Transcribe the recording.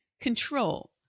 Control